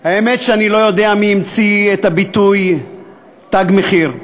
האמת, אני לא יודע מי המציא את הביטוי "תג מחיר",